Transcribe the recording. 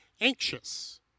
anxious